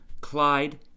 Clyde